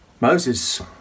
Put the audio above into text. Moses